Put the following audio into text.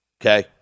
Okay